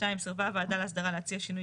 2. סרבה הוועדה להסדרה להציע שינוי